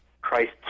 Christ